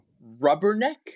Rubberneck